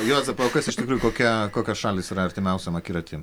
juozapai o kas iš tikrųjų kokia kokios šalys yra artimiausiam akiraty